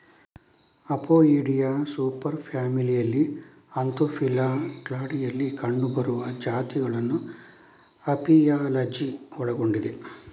Apoidea super ಫ್ಯಾಮಿಲಿಯಲ್ಲಿ Anthophila ಕ್ಲಾಡಿನಲ್ಲಿ ಕಂಡುಬರುವ ಜಾತಿಗಳನ್ನು ಅಪಿಯಾಲಜಿ ಒಳಗೊಂಡಿದೆ